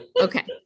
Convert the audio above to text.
Okay